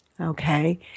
Okay